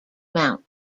mount